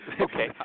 Okay